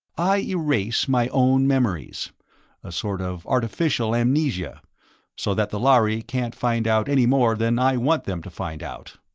i erase my own memories a sort of artificial amnesia so that the lhari can't find out any more than i want them to find out.